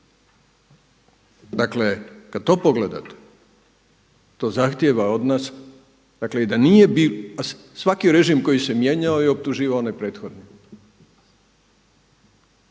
Dakle, kad to pogledate, to zahtjeva od nas, dakle, i da nije bilo, svaki režim koji se mijenjao je optuživao one prethodne.